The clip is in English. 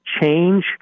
change